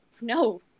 no